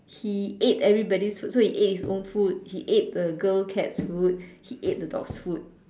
he ate everybody's food so he ate his own food he ate the girl cat's food he ate the dog food